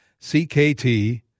CKT